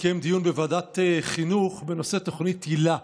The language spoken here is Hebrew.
התקיים דיון בוועדת חינוך בנושא תוכנית היל"ה.